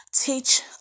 teach